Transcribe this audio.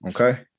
Okay